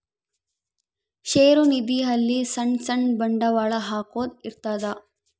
ಷೇರು ನಿಧಿ ಅಲ್ಲಿ ಸಣ್ ಸಣ್ ಬಂಡವಾಳ ಹಾಕೊದ್ ಇರ್ತದ